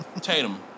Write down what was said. Tatum